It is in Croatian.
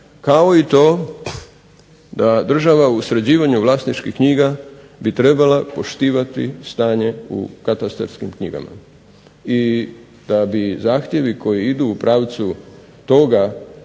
kao i to da država u sređivanju vlasničkih knjiga bi trebala poštivati stanje u katastarskim knjigama i da bi zahtjevi koji idu u pravcu toga